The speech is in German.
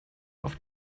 auf